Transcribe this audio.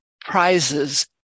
prizes